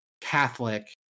catholic